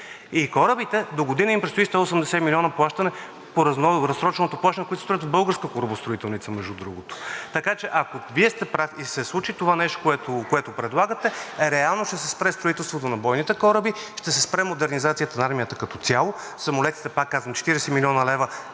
и корабите – догодина им предстои 180 милиона плащане по разсроченото плащане, които се строят в българска корабостроителница, между другото. Така че, ако Вие сте прав и се случи това нещо, което предлагате, реално ще се спре строителството на бойните кораби, ще се спре модернизацията на армията като цяло, самолетите, пак казвам: 40 млн. лв.